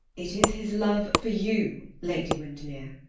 it is his love for you, lady windermere.